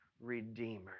Redeemer